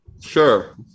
sure